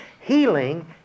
healing